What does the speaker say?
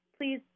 please